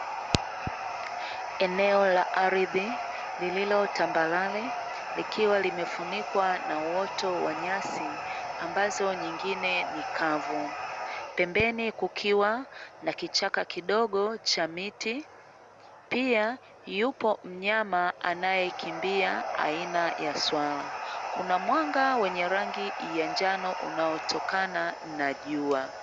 Eneo la ardhi lililo tambarare, likiwa limefunikwa na uoto wa nyasi ambazo nyingine ni kavu. Pembeni kukiwa na kichaka kidogo cha miti, pia yupo mynama anaekimbia aina ya swala. Kuna mwanga wenye rangi ya njano, unaotokana na jua.